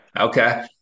Okay